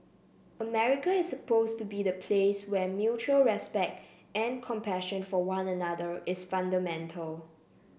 America is supposed to be the place where mutual respect and compassion for one another is fundamental